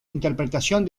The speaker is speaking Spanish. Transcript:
interpretación